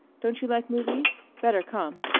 don't you like movies? better come.